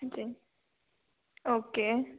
okay okay